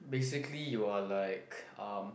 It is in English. basically you are like um